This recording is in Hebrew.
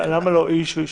למה לא "איש או אישה"?